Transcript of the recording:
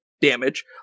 damage